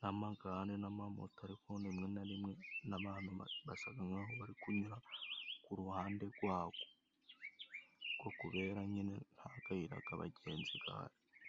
n'amagare, n'amamoto ariko rimwe na rimwe n'abantu basaga nkaho bari kunyura ku ruhande gwago. Ako kubera nyine nagayira gabagenzi gahari.